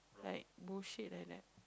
like bullshit like that